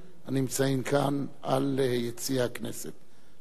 הנמצאים כאן ביציע הכנסת, יציע האורחים.